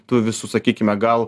tų visų sakykime gal